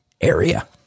area